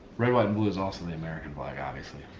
white, and blue is also the america flag, obviously.